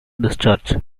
discharge